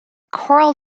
coral